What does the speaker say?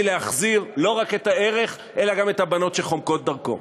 להחזיר לא רק את הערך אלא גם את הבנות שחומקות דרכו.